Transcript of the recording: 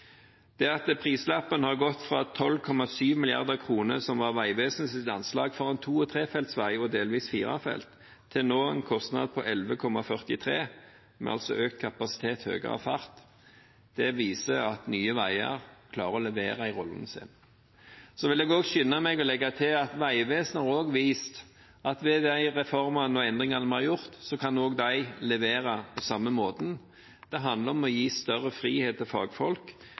overtok. At prislappen har gått fra 12,7 mrd. kr – som var Vegvesenets anslag for en to- og trefelts vei og delvis firefelts – til nå en kostnad på 11,43 mrd. kr, med altså økt kapasitet og høyere fart, viser at Nye Veier klarer å levere i rollen sin. Jeg vil skynde meg å legge til at Vegvesenet har vist at ved de reformene og endringene vi har gjort, kan også de levere på samme måte. Det handler om å gi større frihet til